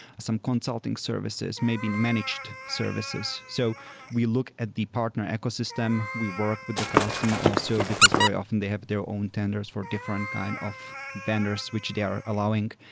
some consulting services, maybe managed services. so we look at the partner echo system. we work with the customer also because very often they have their own tenders for different kind of vendors which they are allowing.